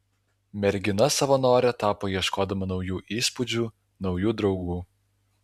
mergina savanore tapo ieškodama naujų įspūdžių naujų draugų